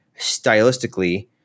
stylistically